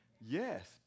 Yes